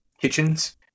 kitchens